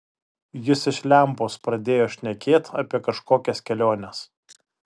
jis iš lempos pradėjo šnekėt apie kažkokias keliones